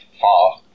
far